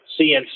CNC